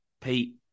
Pete